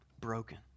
Broken